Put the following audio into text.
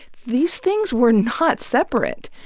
these things were not separate.